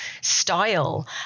style